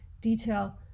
detail